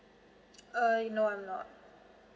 uh no I'm not